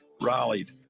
rallied